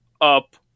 up